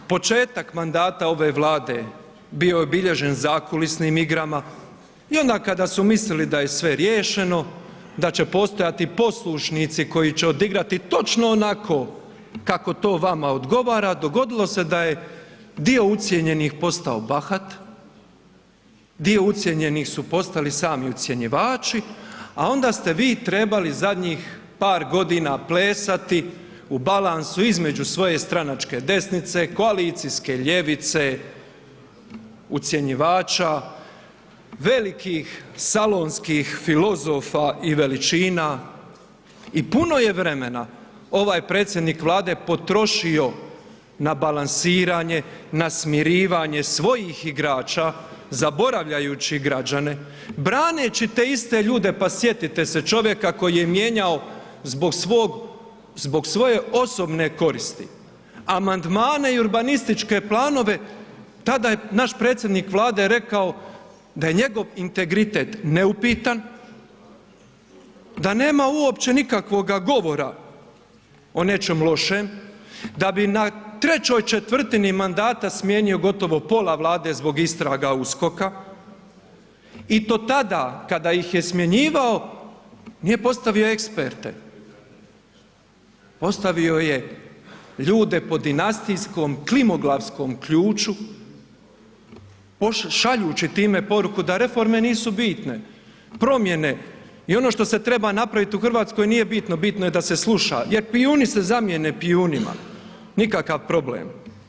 Početak mandata ove Vlade bio je obilježen zakulisnim igrama i onda kada su mislili da je sve riješeno, da će postojati poslušnici koji će odigrati točno onako kako to vama odgovara, dogodilo se da je dio ucijenjenih postao bahat, dio ucijenjenih su postali sami ucjenjivači a onda ste vi trebali zadnjih par godina plesati u balansu između svoje stranačke desnice, koalicijske ljevice, ucjenjivača, velikih salonskih filozofa i veličina i puno je vremena ovaj predsjednik Vlade potrošio na balansiranje, na smirivanje svojih igrača zaboravljajući građane, braneći te iste ljude, pa sjetite se čovjeka koji je mijenjao zbog svoje osobne koristi amandmane i urbanističke planove, tada je naš predsjednik Vlade rekao da je njegov integritet neupitan, da nema uopće nikakvoga govora o nečem lošem, da bi na 3/4 mandata smijenio gotovo pola Vlade zbog istraga USKOK-a i to tada kada ih je smjenjivao, nije postavio eksperte, postavio je ljude po dinastijskom klimoglavskom ključu šaljući time poruku da reforme nisu bitne, promjene i ono što se treba napraviti u Hrvatskoj nije bitno, bitno je da se sluša jer pijun se zamijene pijunima, nikakav problem.